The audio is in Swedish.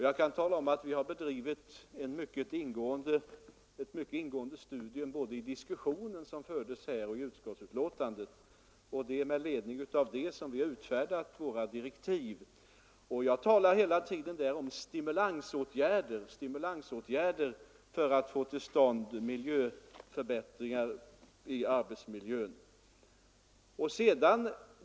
Jag kan tala om att vi har bedrivit ett mycket ingående studium både av diskussionsinläggen som gjordes och av utskottsbetänkandet, och det är med ledning därav som vi har utfärdat direktiven. I direktiven talar jag hela tiden om stimulansåtgärder för att få till stånd förbättringar i arbetsmiljön.